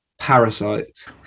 Parasites